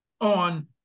on